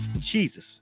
Jesus